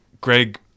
Greg